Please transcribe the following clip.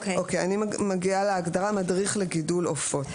אני ממשיכה בהקראה: "מדריך לגידול עופות"